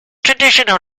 traditional